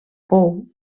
pou